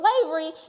slavery